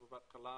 אבל בהתחלה,